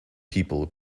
people